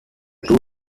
two